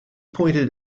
pointed